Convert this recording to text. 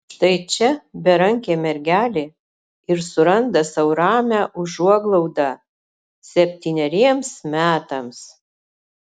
štai čia berankė mergelė ir suranda sau ramią užuoglaudą septyneriems metams